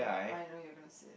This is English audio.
I know you're gonna say